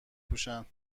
پوشن